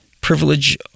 privilege